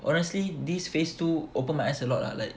honestly this phase two open my eyes a lot ah like